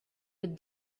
with